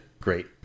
great